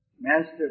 master